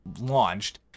launched